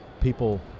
people